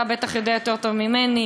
אתה בטח יודע יותר טוב ממני.